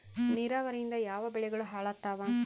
ನಿರಾವರಿಯಿಂದ ಯಾವ ಬೆಳೆಗಳು ಹಾಳಾತ್ತಾವ?